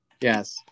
Yes